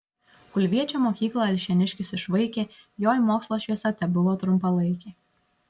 kulviečio mokyklą alšėniškis išvaikė joj mokslo šviesa tebuvo trumpalaikė